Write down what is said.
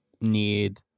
need